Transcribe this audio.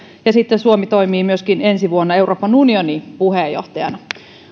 ja suomi toimii ensi vuonna myöskin euroopan unionin puheenjohtajana